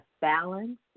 balance